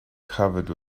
covered